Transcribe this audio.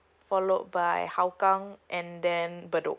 followed by hougang and then bedok